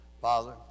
Father